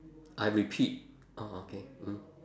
I repeat orh okay mm